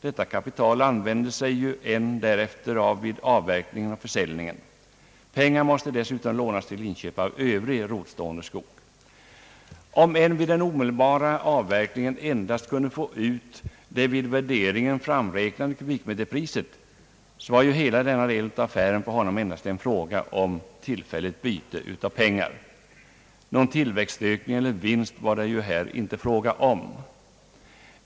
Detta kapital använde sig ju N därefter av vid avverkningen och försäljningen. Pengar måste dessutom lånas till inköp av övrig rotstående skog. Om N vid den omedelbara avverkningen endast kunde få ut det vid värderingen framräknade kubikmeterpriset var ju hela denna del av affären för honom endast en fråga om tillfälligt byte av pengar. Någon tillväxtökning eller vinst var det ju här inte fråga om.